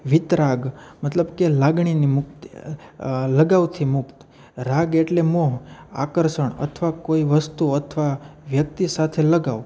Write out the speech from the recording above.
વીતરાગ મતલબ કે લાગણીની મુક્તિ લગાવથી મુક્ત રાગ એટલે મોહ આકર્ષણ અથવા કોઈ વસ્તુ અથવા વ્યક્તિ સાથે લગાવ